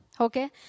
okay